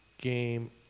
game